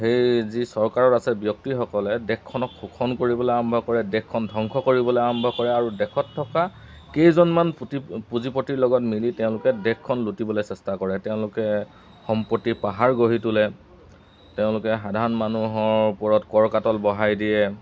সেই যি চৰকাৰত আছে ব্যক্তিসকলে দেশখনক শোষণ কৰিবলৈ আৰম্ভ কৰে দেশখন ধ্বংস কৰিবলৈ আৰম্ভ কৰে আৰু দেশত থকা কেইজনমান পুঁজিপতিৰ লগত মিলি তেওঁলোকে দেশখন লুটিবলৈ চেষ্টা কৰে তেওঁলোকে সম্পত্তি পাহাৰ গঢ়ি তোলে তেওঁলোকে সাধাৰণ মানুহৰ ওপৰত কৰ কাতল বহাই দিয়ে